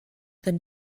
than